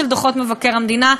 של דוחות מבקר המדינה,